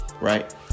right